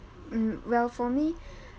mm well for me